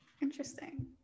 Interesting